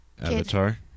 Avatar